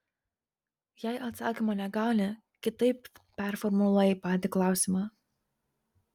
jei atsakymo negauni kitaip performuluoji patį klausimą